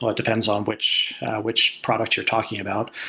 ah it depends on which which product you're talking about.